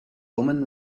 woman